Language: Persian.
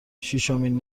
شیشمین